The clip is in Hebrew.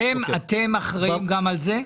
אתם אחראים גם על זה?